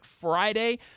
friday